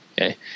okay